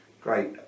great